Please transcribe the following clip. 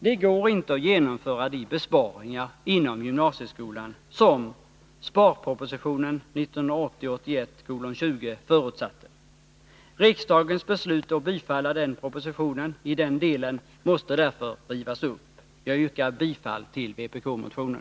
Det går inte att genomföra de besparingar inom gymnasieskolan som sparpropositionen 1980/81:20 förutsatte. Riksdagens beslut att bifalla propositionen i den delen måste därför rivas upp. Jag yrkar bifall till vpk-motionen.